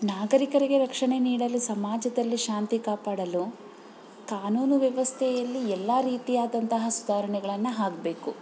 ನಾಗರಿಕರಿಗೆ ರಕ್ಷಣೆ ನೀಡಲು ಸಮಾಜದಲ್ಲಿ ಶಾಂತಿ ಕಾಪಾಡಲು ಕಾನೂನು ವ್ಯವಸ್ಥೆಯಲ್ಲಿ ಎಲ್ಲ ರೀತಿಯಾದಂಥ ಸುಧಾರಣೆಗಳನ್ನು ಆಗ್ಬೇಕು